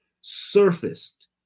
surfaced